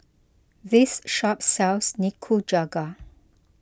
this shop sells Nikujaga